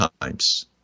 times